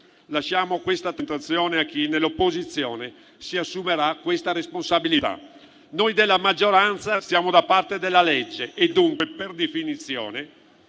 Lasciamo questa tentazione a chi nell'opposizione si assumerà tale responsabilità. Noi della maggioranza stiamo dalla parte della legge e dunque, per definizione,